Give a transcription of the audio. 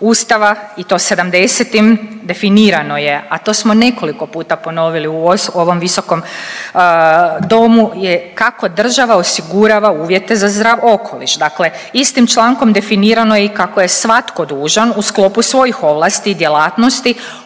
Ustava i to 70-im definirano je, a to smo nekoliko puta ponovili u ovom visokom domu je kako država osigurava uvjete za zdrav okoliš. Dakle istim člankom definirano je i kako je svatko dužan u sklopu svojih ovlasti i djelatnosti